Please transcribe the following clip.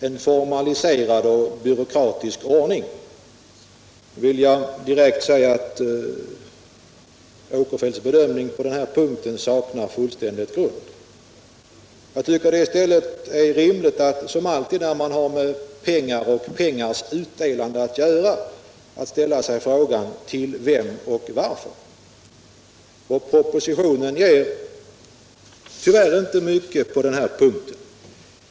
Herr talman! Herr Åkerfeldt talade om stödet till kommunerna och sade att socialdemokraterna önskar en formaliserad och byråkratisk ordning. Herr Åkerfeldts bedömning på denna punkt saknar fullständig grund. I stället vore det rimligt, som alltid när man har med pengar och pengars utdelande att göra, att ställa sig frågan: Till vem och varför? Propositionen ger tyvärr inte mycket på denna punkt.